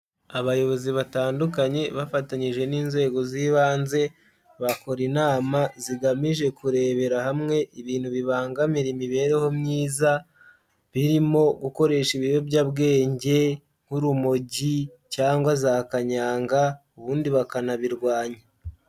Abayobozi batandukanye bafatanyije n'inzego z'ibanze bakora inama zigamije kurebera hamwe ibintu bibangamira imibereho myiza, birimo gukoresha ibiyobyabwenge nk'urumogi, cyangwa za kanyanga ubundi bakanabirwanya.